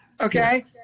Okay